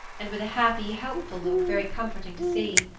and with a happy, helpful look very comforting to see,